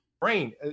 brain